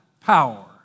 power